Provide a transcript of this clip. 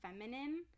feminine